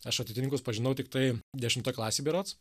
aš ateitininkus pažinau tiktai dešimtoj klasėj berods